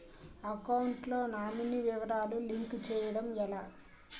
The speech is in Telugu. అకౌంట్ లో నామినీ వివరాలు లింక్ చేయటం ఎలా?